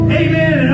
amen